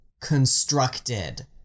constructed